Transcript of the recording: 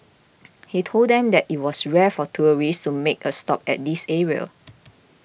he told them that it was rare for tourists to make a stop at this area